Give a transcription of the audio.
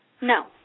No